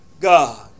God